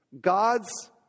God's